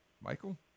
Michael